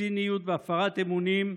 ציניות והפרת אמונים,